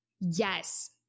Yes